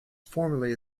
formerly